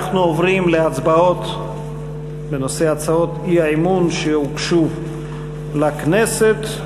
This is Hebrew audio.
אנחנו עוברים להצבעות על הצעות האי-אמון שהוגשו לכנסת.